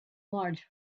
large